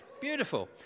beautiful